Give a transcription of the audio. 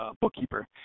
bookkeeper